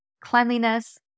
cleanliness